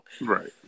Right